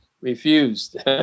refused